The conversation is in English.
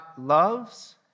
loves